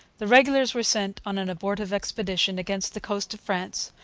the regulars were sent on an abortive expedition against the coast of france,